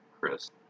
Chris